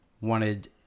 wanted